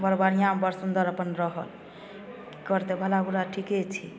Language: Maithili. बड़ बढ़िऑं बड़ सुन्दर अपन रहल एकर तऽ भला बुरा ठीके छै